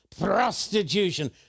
prostitution